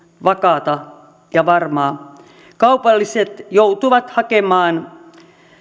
vakaata ja varmaa kaupalliset joutuvat hakemaan